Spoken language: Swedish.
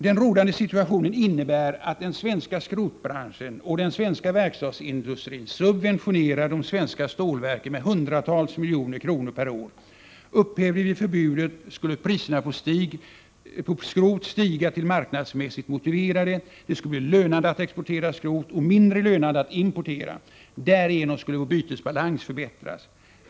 Den rådande situationen innebär att den svenska skrotbranschen och den svenska verkstadsindustrin subventionerar de svenska stålverken med hundratals miljoner kronor per år. Upphävde vi förbudet, skulle priserna på skrot stiga till marknadsmässigt motiverade nivåer, och det skulle bli lönande att exportera skrot och mindre lönande att importera. Därigenom skulle vår bytesbalans förbättras.